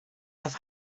have